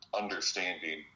understanding